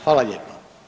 Hvala lijepa.